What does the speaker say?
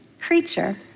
creature